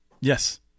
yes